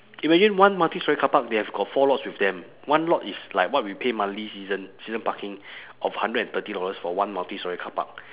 imagine one multistorey carpark they have got four lots with them one lot is like what we pay monthly season season parking of hundred and thirty dollars for one multistorey carpark